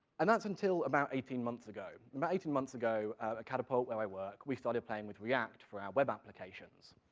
and that's until about eighteen months ago. about eighteen months ago, at catapult, where i work, we started playing with react for our web applications.